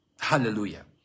Hallelujah